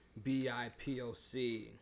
BIPOC